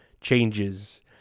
changes